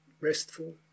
restful